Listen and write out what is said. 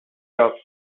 job